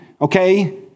okay